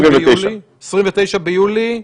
29 ביולי?